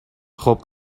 خوب